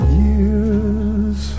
years